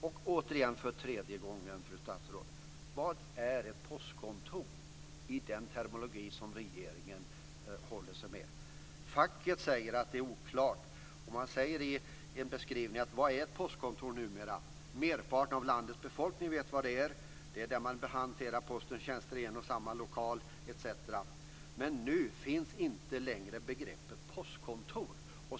Och återigen, för tredje gången, fru statsråd: Vad är ett postkontor med den terminologi som regeringen håller sig med? Facket säger att det är oklart. Man säger: Vad är ett postkontor numera? Merparten av landets befolkning vet vad det är, att det är där postens tjänster hanteras i en och samma lokal etc. Men nu finns inte längre begreppet postkontor.